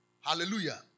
Hallelujah